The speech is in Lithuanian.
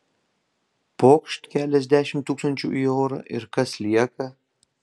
pokšt keliasdešimt tūkstančių į orą ir kas lieka